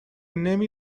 نمی